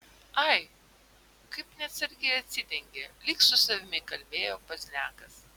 ai kaip neatsargiai atsidengė lyg su savimi kalbėjo pozniakas